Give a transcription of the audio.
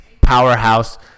powerhouse